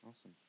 Awesome